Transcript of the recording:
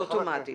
זה אוטומטית.